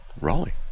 Raleigh